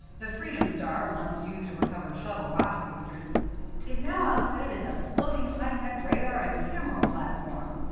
the freedom star once used to recover shuttle rocket boosters is now outfitted as a floating high-tech radar and camera platform.